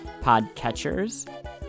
podcatchers